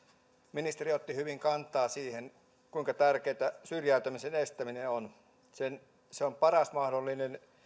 ministeri otti hyvin kantaa siihen kuinka tärkeätä syrjäytymisen estäminen on se on paras mahdollinen